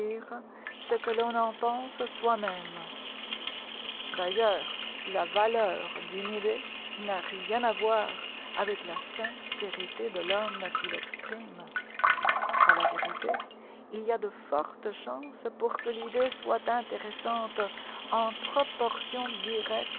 ce que l'on en pense soi-même d'ailleurs la valeur d'une idée n'a rien à voir avec la sincérité de l'homme qui l'exprime a la vérité il y a de fortes chances pour que l'idée soit intéressante en proportion directe